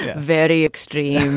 very extreme